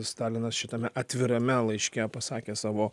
stalinas šitame atvirame laiške pasakė savo